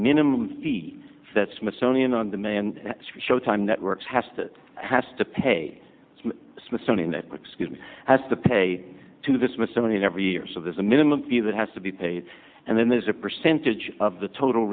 minimum that smithsonian on demand showtime networks has to has to pay smithsonian that buckskin has to pay to the smithsonian every year so there's a minimum fee that has to be paid and then there's a percentage of the total